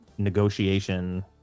Negotiation